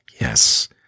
Yes